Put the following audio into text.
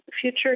future